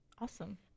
Awesome